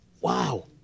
Wow